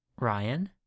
Ryan